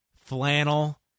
flannel